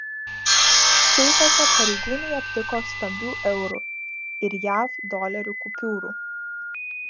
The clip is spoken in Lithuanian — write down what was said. seifuose pareigūnai aptiko stambių eurų ir jav dolerių kupiūrų